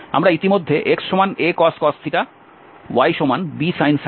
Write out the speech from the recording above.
আমাদের ইতিমধ্যে xacos ybsin আছে